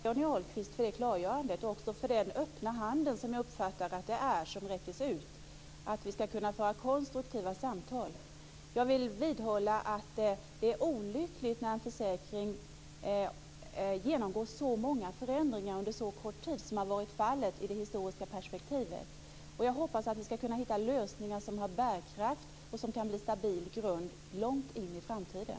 Fru talman! Jag tackar Johnny Ahlqvist för det klargörandet och för den öppna hand som räcktes ut till att vi skall kunna föra konstruktiva samtal. Jag vidhåller att det är olyckligt när en försäkring genomgår så många förändringar under så kort tid. Jag hoppas att vi skall hitta lösningar som har bärkraft och som kan utgöra en stabil grund långt in i framtiden.